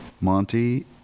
Monty